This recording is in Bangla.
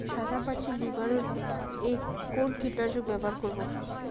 সাদা মাছি নিবারণ এ কোন কীটনাশক ব্যবহার করব?